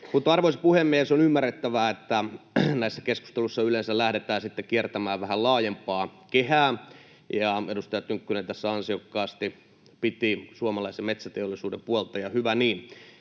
Arvoisa puhemies! On ymmärrettävää, että näissä keskusteluissa yleensä lähdetään sitten kiertämään vähän laajempaa kehää. Edustaja Tynkkynen tässä ansiokkaasti piti suomalaisen metsäteollisuuden puolta, ja hyvä niin,